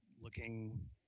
looking